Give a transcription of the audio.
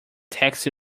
taxi